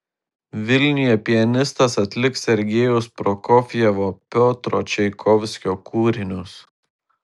vilniuje pianistas atliks sergejaus prokofjevo piotro čaikovskio kūrinius